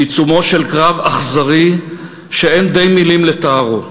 בעיצומו של קרב אכזרי שאין די מילים לתארו,